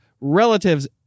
relatives